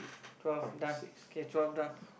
twelve done okay twelve done